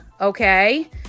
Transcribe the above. okay